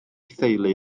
theulu